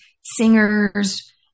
singers